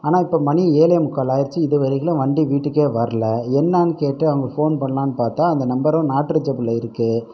ஆனால் இப்போ மணி ஏழேமுக்கால் ஆகிடுச்சி இதுவரையிலும் வண்டி வீட்டுக்கே வரல என்னான்னு கேட்டு அவங்களுக்கு ஃபோன் பண்ணலான்னு பார்த்தா அந்த நம்பரும் நாட் ரீச்சபிலில் இருக்குது